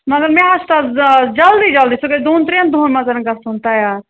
مگر مےٚ حظ چھُ تَتھ جلدی جلدی سُہ گژھِ دۄن ترٛٮ۪ن دۄہَن منٛز گژھُن تَیار